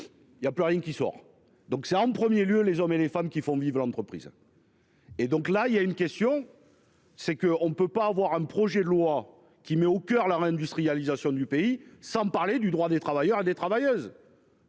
Il y a plus rien qui sort, donc c'est en 1er lieu les hommes et les femmes qui font vivre l'entreprise. Et donc là il y a une question. C'est que on ne peut pas avoir un projet de loi qui met au coeur la réindustrialisation du pays, sans parler du droit des travailleurs et des travailleuses.